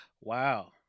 wow